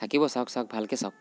থাকিব চাওক চাওক ভালকৈ চাওক